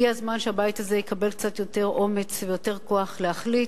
הגיע הזמן שהבית הזה יקבל קצת יותר אומץ ויותר כוח להחליט,